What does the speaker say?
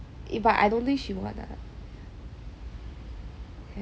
eh but I don't think she will want lah